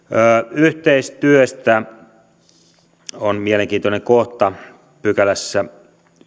yhteistyöstä on mielenkiintoinen kohta yhdennessätoista pykälässä